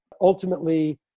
ultimately